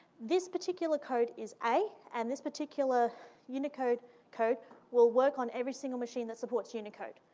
this particular code is a, and this particular unicode code will work on every single machine that supports unicode.